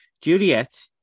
Juliet